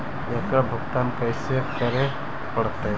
एकड़ भुगतान कैसे करे पड़हई?